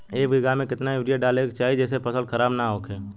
एक बीघा में केतना यूरिया डाले के चाहि जेसे फसल खराब ना होख?